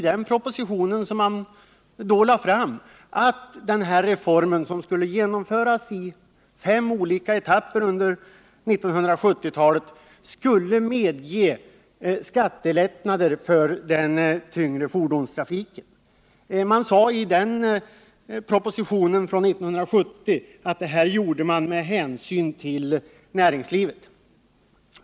Avsikten var att den här reformen, som skulle genomföras i fem etapper under 1970-talet, skulle medge skattelättnader för den tyngre fordonstrafiken. Man motiverade detta med hänsyn till näringslivet.